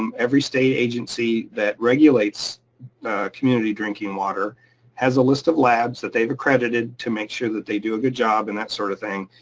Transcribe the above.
um every state agency that regulates community drinking water has a list of labs that they've accredited to make sure that they do a good job and that sort of thing.